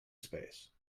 space